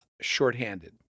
shorthanded